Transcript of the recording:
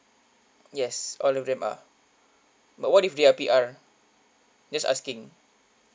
yes all of them are but what if they are P_R just asking